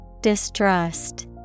Distrust